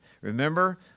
Remember